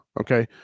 Okay